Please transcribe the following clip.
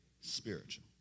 spiritual